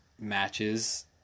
matches